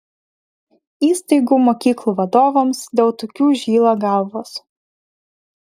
įstaigų mokyklų vadovams dėl tokių žyla galvos